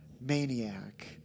maniac